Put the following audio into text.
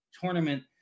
tournament